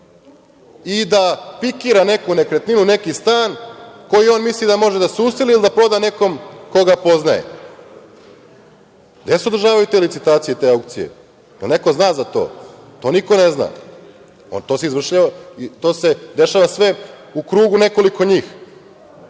da pikira neku nekretninu, neki stan, u koji on misli da može da se useli ili da proda nekom koga poznaje. Gde se održavaju te licitacije i te aukcije, da li neko zna za to? To niko ne zna. To se dešava sve u krugu nekoliko njih. Mora